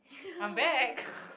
I'm back